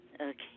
Okay